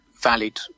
valid